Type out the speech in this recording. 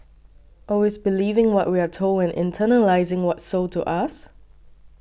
always believing what we are told and internalising what's sold to us